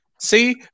See